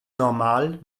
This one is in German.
normal